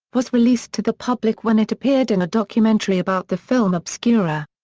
was released to the public when it appeared in a documentary about the film obscura.